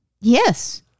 Yes